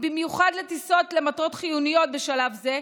במיוחד לטיסות למטרות חיוניות, בשלב זה,